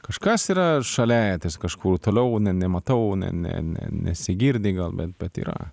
kažkas yra šalia ties kažkur toliau nematau ne ne ne nesigirdi gal bet bet yra